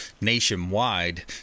nationwide